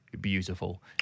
beautiful